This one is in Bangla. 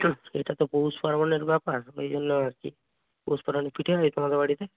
এটা তো পৌষপার্বণের ব্যাপার ওই জন্য আর কি পৌষপার্বণে পিঠে হয় তোমাদের বাড়িতে